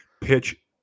pitch